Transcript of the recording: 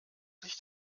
licht